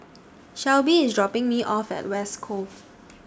Shelbi IS dropping Me off At West Grove